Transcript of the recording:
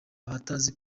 abatazi